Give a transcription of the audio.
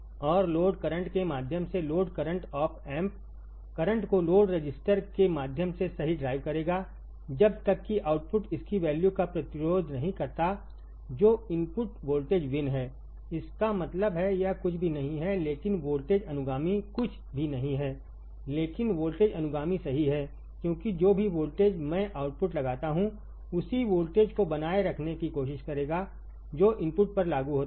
और load current के माध्यम से load current op amp current को लोड रजिस्टर के माध्यम से सही ड्राइव करेगा जब तक कि आउटपुट इसकी वैल्यू का प्रतिरोध नहीं करता जो इनपुट वोल्टेज Vin है इसका मतलब है यह कुछ भी नहीं है लेकिन वोल्टेज अनुगामी कुछ भी नहीं है लेकिन वोल्टेज अनुगामी सही है क्योंकि जो भी वोल्टेज मैं आउटपुट लगाता हूं उसी वोल्टेज को बनाए रखने की कोशिश करेगा जो इनपुट पर लागू होता है